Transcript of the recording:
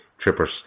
Trippers